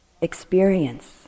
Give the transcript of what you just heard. experience